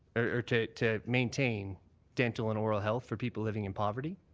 or to to maintain dental and oral health for people living in poverty,